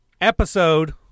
episode